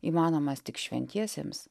įmanomas tik šventiesiems